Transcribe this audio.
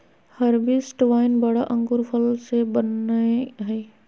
हर्बेस्टि wine बड़ा अंगूर फल से बनयय हइ